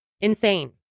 Insane